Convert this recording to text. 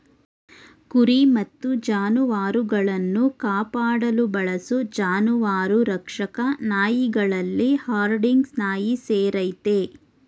ಕುರಿ ಮತ್ತು ಜಾನುವಾರುಗಳನ್ನು ಕಾಪಾಡಲು ಬಳಸೋ ಜಾನುವಾರು ರಕ್ಷಕ ನಾಯಿಗಳಲ್ಲಿ ಹರ್ಡಿಂಗ್ ನಾಯಿ ಸೇರಯ್ತೆ